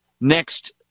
next